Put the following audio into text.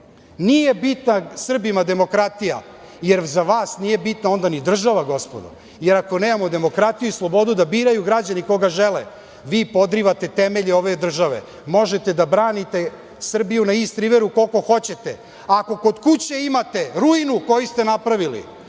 nije bitna Srbima demokratija, jer za vas nije bitna onda ni država, gospodo. Ako nemamo demokratiju i slobodu da biraju građani koga žele, vi podrivate temelje ove države. Možete da branite Srbiju na Ist Riveru koliko hoćete, ako kod kuće imate ruinu koju ste napravili,